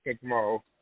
tomorrow